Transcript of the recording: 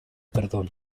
perdón